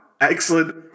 Excellent